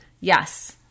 yes